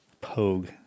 pogue